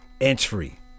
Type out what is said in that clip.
entry